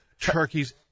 turkeys